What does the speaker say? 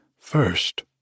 First